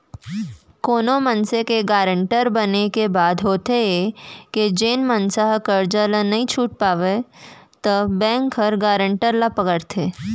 कोनो मनसे के गारंटर बने के बाद होथे ये के जेन मनसे ह करजा ल नइ छूट पावय त बेंक ह गारंटर ल पकड़थे